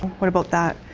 what about that?